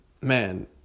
man